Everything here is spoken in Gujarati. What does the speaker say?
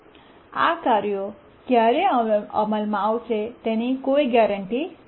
આ કાર્યો ક્યારે અમલમાં આવશે તેની કોઈ ગેરેંટી નથી